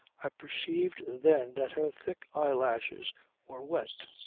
i perceived then that her thick eyelashes were wet.